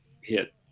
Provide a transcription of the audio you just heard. hit